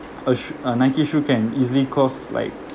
a shoe a nike shoe can easily cost like